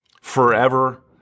Forever